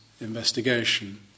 investigation